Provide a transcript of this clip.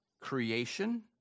creation